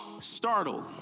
Startled